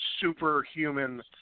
superhuman